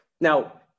now